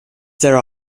there